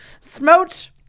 Smote